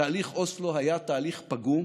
תהליך אוסלו היה תהליך פגום